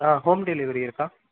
ஆ home delivery இருக்கா